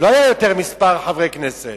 לא היו יותר חברי כנסת,